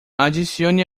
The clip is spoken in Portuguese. adicione